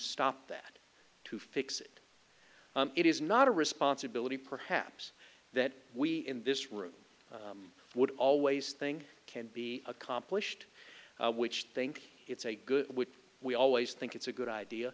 stop that to fix it it is not a responsibility perhaps that we in this room would always thing can be accomplished which think it's a good we always think it's a good idea